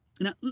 Now